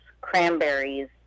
cranberries